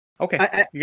Okay